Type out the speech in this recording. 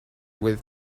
with